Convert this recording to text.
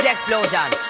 Explosion